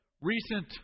Recent